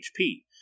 HP